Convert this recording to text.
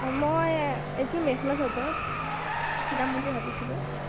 অঁ মই এযোৰ মেখেলা চাদৰ চিলাম বুলি ভাবিছিলোঁ